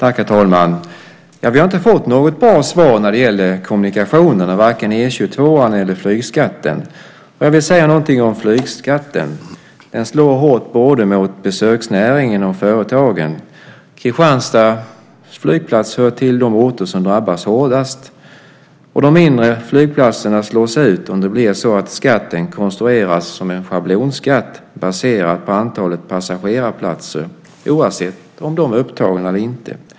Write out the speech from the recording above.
Herr talman! Vi har inte fått något bra svar när det gäller kommunikationerna, varken E 22:an eller flygskatten. Jag vill säga någonting om flygskatten. Den slår hårt både mot besöksnäringen och mot företagen. Kristianstad med sin flygplats hör till de orter som drabbas hårdast. De mindre flygplatserna slås ut om skatten blir konstruerad som en schablonskatt baserat på antalet passagerarplatser oavsett om dessa är upptagna eller inte.